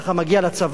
מגיע לצבא.